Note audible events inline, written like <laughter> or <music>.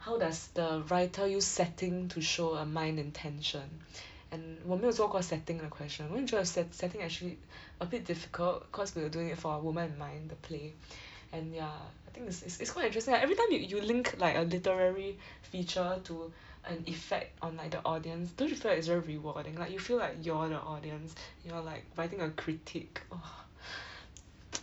how does the writer use setting to show a mind intention <breath> and 我没有做过 setting 的 question 我会觉得 set~ setting actually <breath> a bit difficult cause we're doing it for a woman in mind the play <breath> and ya I think it it's quite interesting lah everytime you you link like a literary <breath> feature to <breath> an effect on like the audience don't you feel like it's very rewarding like you feel like you're the audience you're like writing a critique !wah! <breath> <noise> <noise>